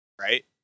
Right